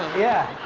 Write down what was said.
yeah.